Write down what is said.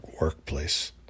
workplace